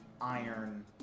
iron